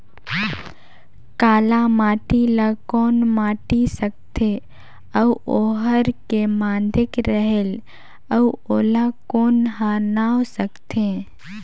काला माटी ला कौन माटी सकथे अउ ओहार के माधेक रेहेल अउ ओला कौन का नाव सकथे?